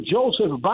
Joseph